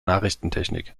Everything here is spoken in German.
nachrichtentechnik